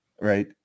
right